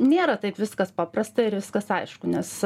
nėra taip viskas paprasta ir viskas aišku nes